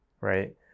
right